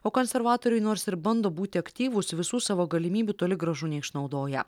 o konservatoriai nors ir bando būti aktyvūs visų savo galimybių toli gražu neišnaudoja